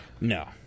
No